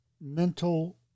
mental